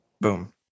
boom